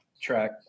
track